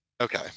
Okay